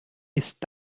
ist